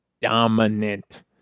dominant